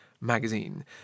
magazine